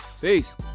Peace